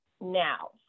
now